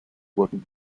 working